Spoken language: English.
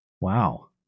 Wow